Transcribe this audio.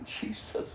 Jesus